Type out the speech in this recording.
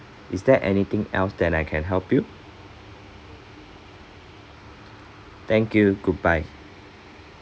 is there anything else that I can help you thank you goodbye